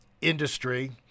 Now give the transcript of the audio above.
industry